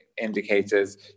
indicators